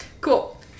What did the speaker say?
Cool